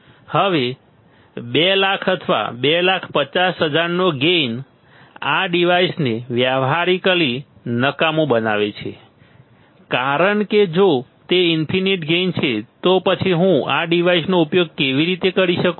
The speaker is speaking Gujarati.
હવે 200000 અથવા 250000 નો ગેઇન આ ડિવાઇસને વ્યવહારીકલી નકામું બનાવે છે કારણ કે જો તે ઈન્ફિનીટ ગેઇન છે તો પછી હું આ ડિવાઇસનો ઉપયોગ કેવી રીતે કરી શકું